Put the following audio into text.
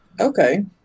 Okay